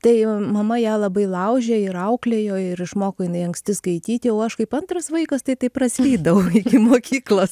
tai mama ją labai laužė ir auklėjo ir išmoko jinai anksti skaityti o aš kaip antras vaikas tai taip praslydau iki mokyklos